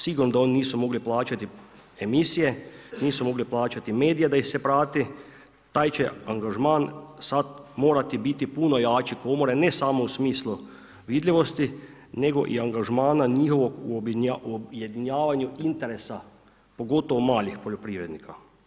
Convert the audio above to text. Sigurno da oni nisu mogli plaćati emisije, nisu mogli plaćati medije da ih prati, taj će angažman sad morati biti puno jači, Komora ne samo u smislu vidljivosti, nego i angažmana njihovog objedinjavanja interesa, pogotovo malih poljoprivrednika.